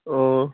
অঁ